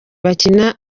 bakina